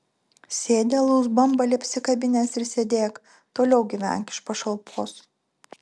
sėdi alaus bambalį apsikabinęs ir sėdėk toliau gyvenk iš pašalpos